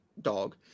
Dog